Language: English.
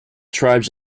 tribes